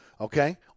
okay